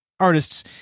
Artists